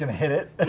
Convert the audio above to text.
um hit it? ah